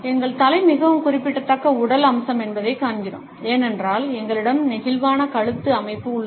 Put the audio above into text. எங்கள் தலை மிகவும் குறிப்பிடத்தக்க உடல் அம்சம் என்பதைக் காண்கிறோம் ஏனென்றால் எங்களிடம் நெகிழ்வான கழுத்து அமைப்பு உள்ளது